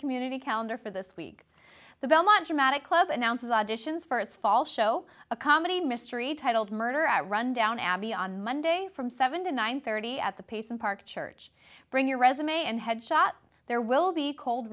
community calendar for this week the belmont dramatic club announces auditions for its fall show a comedy mystery titled murder at rundown abbey on monday from seven to nine thirty at the pace of park church bring your resume and headshot there will be cold